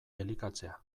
elikatzea